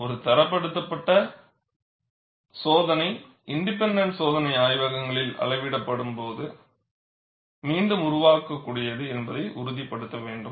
ஒரு தரப்படுத்தப்பட்ட சோதனை இண்டிபெண்டண்ட் சோதனை ஆய்வகங்களில் அளவிடப்படும் அளவு மீண்டும் உருவாக்கக்கூடியது என்பதை உறுதிப்படுத்த வேண்டும்